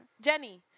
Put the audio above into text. Jenny